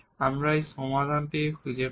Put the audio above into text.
আমরা এই সমীকরণের সমাধান খুঁজে পাই